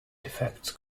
defects